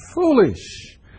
foolish